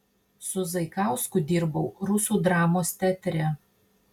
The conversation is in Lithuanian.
su zaikausku dirbau rusų dramos teatre